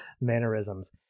mannerisms